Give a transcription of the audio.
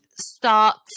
start